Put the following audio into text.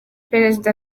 perezida